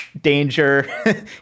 danger